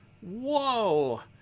whoa